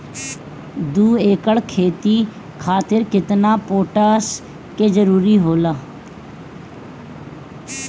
दु एकड़ खेती खातिर केतना पोटाश के जरूरी होला?